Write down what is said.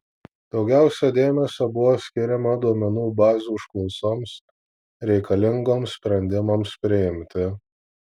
daugiausiai dėmesio buvo skiriama duomenų bazių užklausoms reikalingoms sprendimams priimti